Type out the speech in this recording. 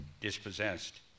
dispossessed